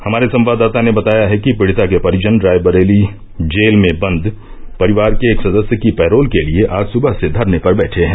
हमारे संवाददाता ने बताया है कि पीड़िता के परिजन रायबरेली जेल में बंद परिवार के एक सदस्य की पैरोल के लिए आज सुबह से धरने पर बैठे हैं